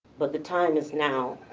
but the time is now.